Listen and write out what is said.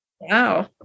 Wow